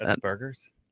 Burgers